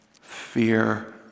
fear